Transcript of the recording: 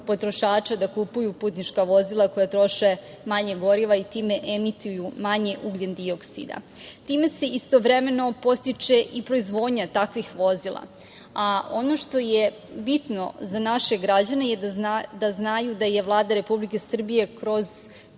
potrošača da kupuju putnička vozila koja troše manje goriva i time emituju manje ugljen-dioksida. Time se, istovremeno podstiče i proizvodnja takvih vozila. Ono što je bitno za naše građane je da znaju da je Vlada Republike Srbije kroz